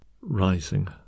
Rising